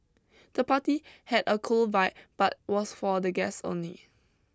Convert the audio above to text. the party had a cool vibe but was for the guests only